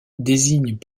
désignent